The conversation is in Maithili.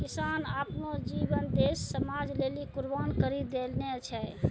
किसान आपनो जीवन देस समाज लेलि कुर्बान करि देने छै